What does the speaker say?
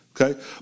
Okay